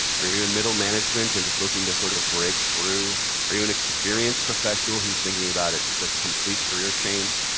are you are you in middle management and just looking to sort of break through? are you an experienced professional who's thinking about just a complete career change?